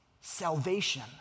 salvation